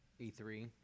E3